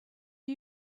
are